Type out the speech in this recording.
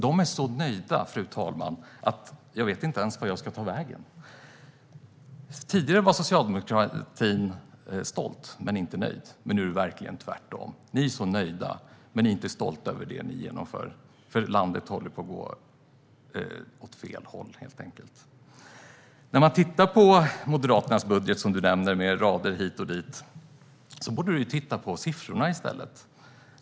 De är så nöjda, fru talman, att jag inte vet vart jag ska ta vägen. Tidigare var socialdemokratin stolt men inte nöjd, men nu är det verkligen tvärtom. Ni är nöjda men inte stolta över det ni genomför, för landet håller helt enkelt på att gå åt fel håll. Du tittar på Moderaternas budget och nämner rader hit och dit, men du borde läsa siffrorna i stället.